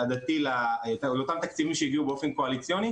צורך לאותם תקציבים שהגיעו באופן קואליציוני.